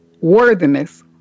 worthiness